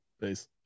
Peace